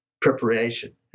preparation